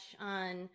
on